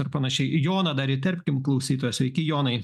ar panašiai ir joną dar įterpkim klausytoją sveiki jonai